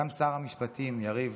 גם שר המשפטים, יריב,